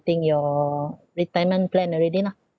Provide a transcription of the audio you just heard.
your retirement plan already lah